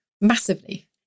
massively